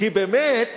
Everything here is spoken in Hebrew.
כי באמת